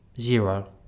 Zero